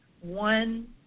one